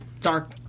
dark